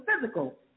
physical